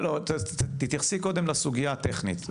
לא, תתייחסי קודם לסוגייה הטכנית.